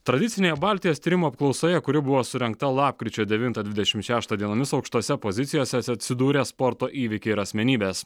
tradicinėje baltijos tyrimų apklausoje kuri buvo surengta lapkričio devintą dvidešim šeštą dienomis aukštose pozicijose ats atsidūrė sporto įvykiai ir asmenybės